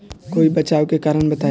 कोई बचाव के कारण बताई?